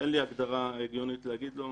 אין לי הגדרה הגיונית להגיד עליו.